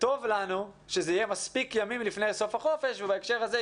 טוב לנו שזה יהיה מספיק ימים לפני סוף החופש ובהקשר הזה,